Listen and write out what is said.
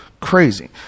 Crazy